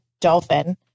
dolphin